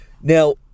Now